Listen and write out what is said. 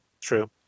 true